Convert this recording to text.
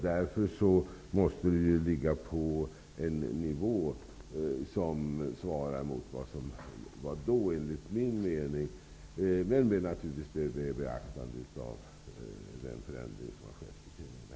Därför måste anslaget ligga på en motsvarande nivå, även med beaktande av den förändring som skett i penningvärdet.